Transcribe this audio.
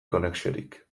konexiorik